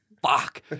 Fuck